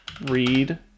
Read